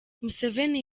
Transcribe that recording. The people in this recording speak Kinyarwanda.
museveni